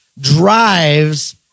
drives